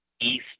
east